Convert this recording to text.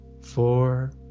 four